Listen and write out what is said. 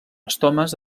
estomes